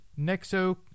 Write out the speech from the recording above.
Nexo